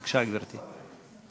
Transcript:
בבקשה, גברתי.